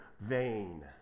vain